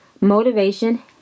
motivation